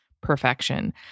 perfection